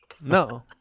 No